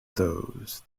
those